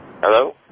Hello